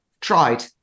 tried